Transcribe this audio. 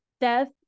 death